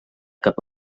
cap